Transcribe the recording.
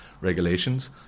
regulations